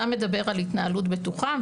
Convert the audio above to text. אתה מדבר על התנהלות בטוחה,